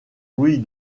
louis